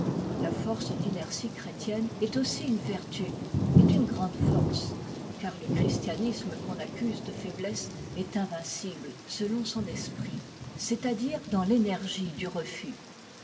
la force d'inertie chrétienne est aussi une vertu et d'une grande force car le christianisme qu'on accuse de faimesse est invincible selon son esprit c'est-à-dire dans l'énergie du refus